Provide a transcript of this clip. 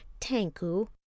Tanku